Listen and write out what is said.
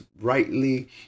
rightly